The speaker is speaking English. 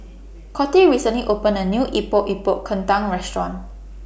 Coty recently opened A New Epok Epok Kentang Restaurant